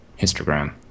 histogram